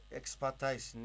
expertise